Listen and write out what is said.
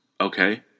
okay